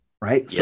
right